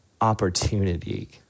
opportunity